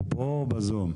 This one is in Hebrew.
הוא פה או בזום?